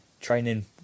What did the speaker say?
training